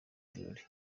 birori